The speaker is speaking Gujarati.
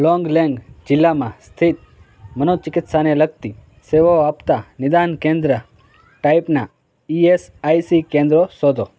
લોન્ગલેન્ગ જિલ્લામાં સ્થિત મનોચિકિત્સાને લગતી સેવાઓ આપતાં નિદાન કેન્દ્ર ટાઈપનાં ઇ એસ આઇ સી કેન્દ્રો શોધો